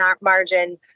margin